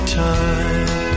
time